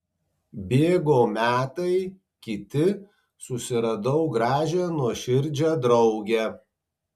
bėgo metai kiti susiradau gražią nuoširdžią draugę